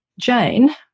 Jane